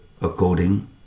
according